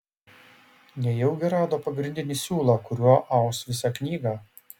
nejaugi rado pagrindinį siūlą kuriuo aus visą knygą